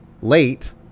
late